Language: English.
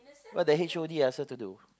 but the H_O_D ask her to do